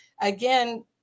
again